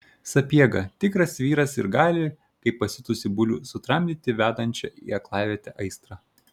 sapiega tikras vyras ir gali kaip pasiutusį bulių sutramdyti vedančią į aklavietę aistrą